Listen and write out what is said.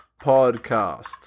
podcast